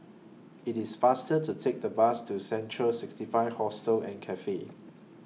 IT IS faster to Take The Bus to Central sixty five Hostel and Cafe